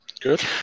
Good